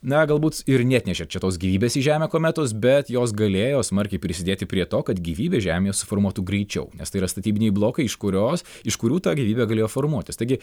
na galbūt ir neatnešė čia tos gyvybės į žemę kometos bet jos galėjo smarkiai prisidėti prie to kad gyvybė žemėje suformuotų greičiau nes tai yra statybiniai blokai iš kurios iš kurių ta gyvybė galėjo formuotis taigi